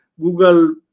Google